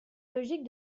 logique